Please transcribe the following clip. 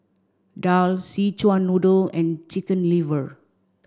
Daal Szechuan Noodle and Chicken Liver